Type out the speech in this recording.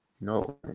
No